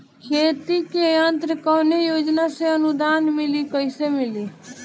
खेती के यंत्र कवने योजना से अनुदान मिली कैसे मिली?